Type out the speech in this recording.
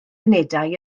unedau